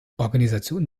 organisationen